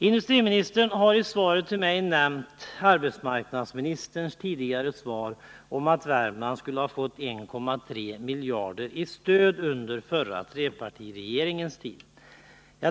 Industriministern har i svaret nämnt arbetsmarknadsministerns tidigare svar att Värmland skulle ha fått 1,3 miljarder i stöd under den förra trepartiregeringens tid.